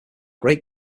great